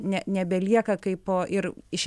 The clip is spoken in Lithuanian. ne nebelieka kai po ir iš